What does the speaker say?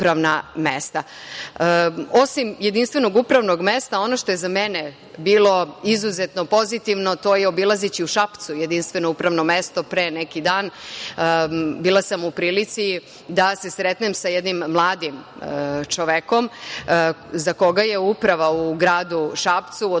jedinstvenog upravnog mesta ono što je za mene bilo izuzetno pozitivno, to je obilazeći u Šapcu jedinstveno upravno mesto pre neki dan, bila sam u prilici da se sretnem sa jednim mladim čovekom za koga je Uprava u Gradu Šapcu odlučila